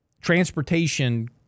Transportation